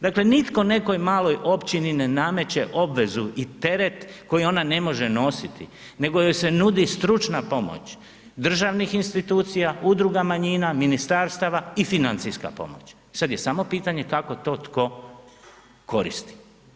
Dakle, nitko nekoj maloj općini ne nameće obveze i teret koji ona ne može nositi nego joj se nudi stručna pomoć državnih institucija, udruga manjina, ministarstava i financijska pomoć, sad je samo pitanje kako to tko koristi.